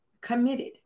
committed